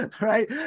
Right